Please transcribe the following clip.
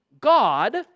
God